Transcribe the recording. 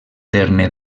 terme